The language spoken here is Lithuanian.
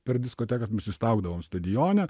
per diskoteką nusistaugdavom stadione